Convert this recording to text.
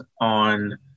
on